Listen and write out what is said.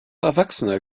erwachsene